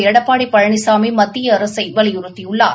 எடப்பாடி பழனிசாமி மத்திய அரசை வலியுறுத்தியுள்ளார்